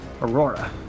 Aurora